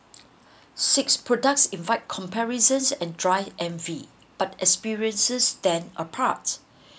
six products invite comparisons and drive envy but experiences then apart